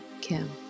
kim